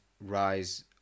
rise